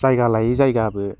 जायगा लायै जायगाबो